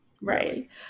right